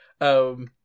um-